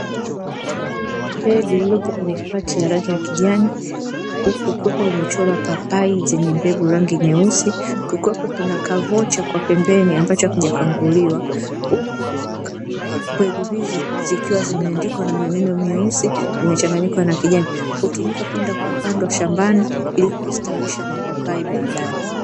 Mbegu iliyopo kwenye kipakti cha rangi ya kijani, huku kukiwepo kumechorwa papai zenye mbegu. Rangi nyeusi, kukiwepo kuna kavocha kwa pembeni ambacho hakijakwanguliwa huku mbegu hizo zikiwa zimeandikwa na maneno myeusi yamechanganyika na kijani. Hutumika kwenda kupandwa shambani ili kustawisha mapapai baadae.